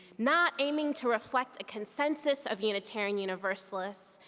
not aiming to reflect a consensus of unitarian universalists,